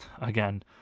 again